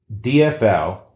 DFL